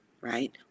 right